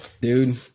dude